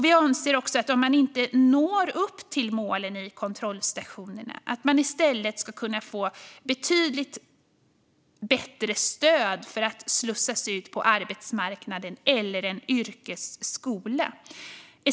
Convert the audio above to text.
Vi anser också att man om man inte når upp till målen vid kontrollstationerna i stället ska kunna få betydligt bättre stöd för att slussas ut på arbetsmarknaden eller till en yrkesskola.